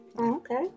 Okay